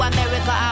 America